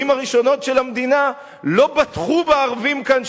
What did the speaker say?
הראשונות של המדינה לא בטחו בערבים כאן,